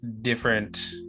different